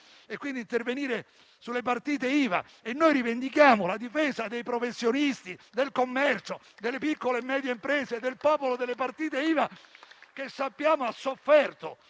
e, quindi, a intervenire sulle partite IVA e noi rivendichiamo la difesa dei professionisti del commercio, delle piccole e medie imprese, del popolo delle partite IVA, che sappiamo hanno sofferto